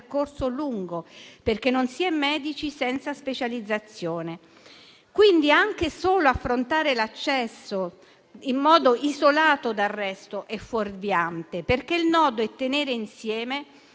percorso lungo, perché non si è medici senza specializzazione. Quindi, anche solo affrontare l'accesso in modo isolato dal resto è fuorviante, perché il nodo è tenere insieme